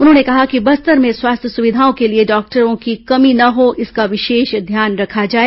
उन्होंने कहा कि बस्तर में स्वास्थ्य सुविधाओं के लिए डॉक्टरों की कमी न हो इसका विशेष ध्यान रखा जाए